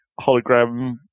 hologram